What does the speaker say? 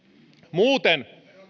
muuten